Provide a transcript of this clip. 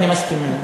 אני מסכים.